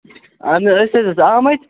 اَہَن حظ أسۍ حظ ٲسۍ آمٕتۍ